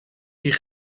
die